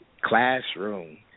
classroom